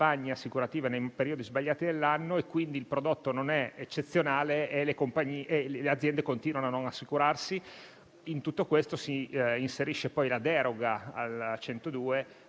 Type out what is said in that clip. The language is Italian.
assicurative nei periodi sbagliati dell'anno. Il prodotto non è quindi eccezionale e le aziende continuano a non assicurarsi. In tutto questo si inserisce poi la deroga al